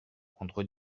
contre